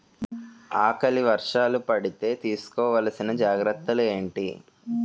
ఆకలి వర్షాలు పడితే తీస్కో వలసిన జాగ్రత్తలు ఏంటి?